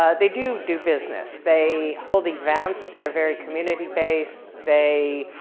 ah they do do business. they hold events. they're very community based. they